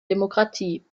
demokratie